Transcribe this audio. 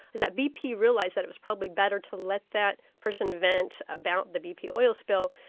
is that bp realised that it was probably better to let that person vent about the bp oil spill,